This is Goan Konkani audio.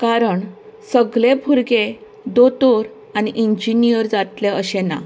कारण सगले भुरगे दोतोर आनी इंजिनियर जातले अशें ना